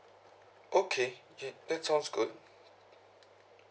okay that sounds good